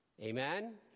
Amen